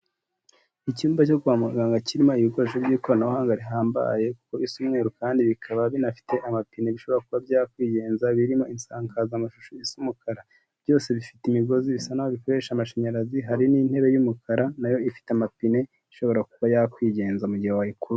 Icyumba cyo kwa muganga kirimo ibikoresho by'ikoranabuhanga rihambaye kuko bisa umweru kandi bikaba binafite amapine bishobora kuba byakwigenza birimo insakazamashusho isa umukara, byose bifite imigozi bisa n'aho bikoresha amashanyarazi hari n'intebe y'umukara nayo ifite amapine ishobora kuba yakwigenza mu gihe wayikurura.